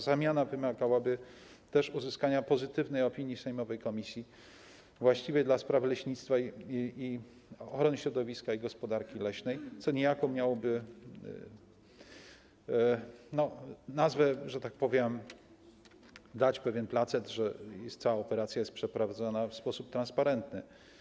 Zamiana wymagałaby też uzyskania pozytywnej opinii sejmowej komisji właściwej do spraw leśnictwa, ochrony środowiska i gospodarki leśnej, co niejako miałoby - że tak powiem - dać pewne placet, że cała operacja jest przeprowadzona w sposób transparentny.